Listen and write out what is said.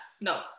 no